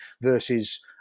versus